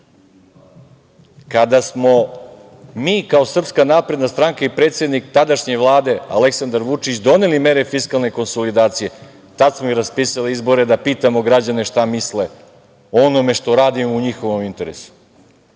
kada smo mi kao SNS i predsednik tadašnje Vlade Aleksandar Vučić doneli mere fiskalne konsolidacije, tad smo i raspisali izbore da pitamo građane šta misle o onome što radimo u njihovom interesu.